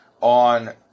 on